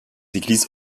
églises